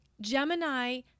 Gemini